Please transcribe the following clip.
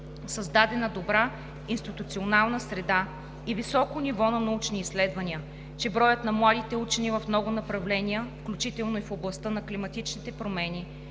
създадена добра институционална среда и високо ниво на научни изследвания; че броят на младите учени в много направления, включително и в областта на климатичните промени,